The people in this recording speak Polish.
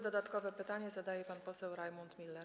Dodatkowe pytanie zadaje pan poseł Rajmund Miller.